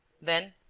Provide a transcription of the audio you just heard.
then,